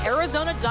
Arizona